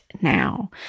now